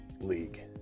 league